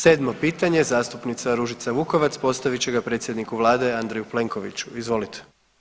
Sedmo pitanje zastupnica Ružica Vukovac postavit će ga predsjedniku Vlade Andreju Plenkoviću, izvolite.